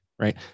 Right